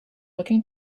looking